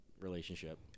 relationship